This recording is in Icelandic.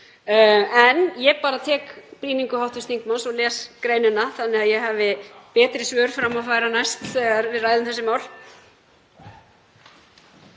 En ég tek brýningu hv. þingmanns og les greinina þannig að ég hafi betri svör fram að færa næst þegar við ræðum þessi mál.